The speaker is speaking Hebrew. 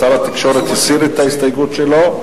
שר התקשורת הסיר את ההסתייגות שלו,